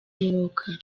umwuka